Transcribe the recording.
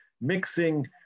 mixing